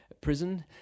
prison